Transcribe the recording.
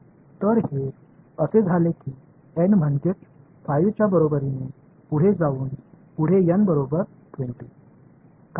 तर हे असे झाले की N म्हणजेच 5 च्या बरोबरीने पुढे जाऊन पुढे n बरोबर 20 काय झाले